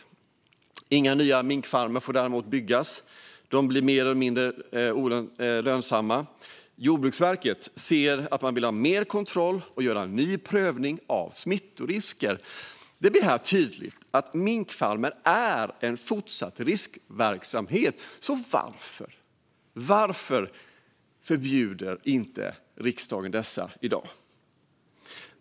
Däremot får inga nya minkfarmer byggas, och de blir mindre och mindre lönsamma. Jordbruksverket vill ha mer kontroll och göra en ny prövning av smittrisker. Det blir här tydligt att minkfarmen är en fortsatt riskverksamhet, så varför - varför - förbjuder inte riksdagen detta i dag?